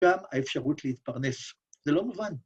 גם האפשרות להתפרנס. זה לא מובן.